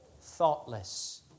Thoughtless